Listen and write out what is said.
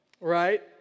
right